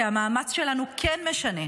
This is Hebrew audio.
כי המאמץ שלנו כן משנה".